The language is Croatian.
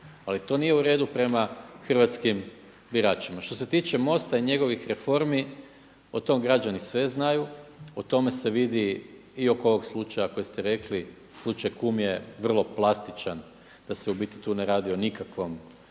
Ali to nije u redu prema hrvatski biračima. Što se tiče MOST-a i njegovih reformi o tom građani sve znaju, o tome se vidi i oko ovog slučaja koji ste rekli, slučaj kum je vrlo plastičan da se u biti tu ne radi o nikakvom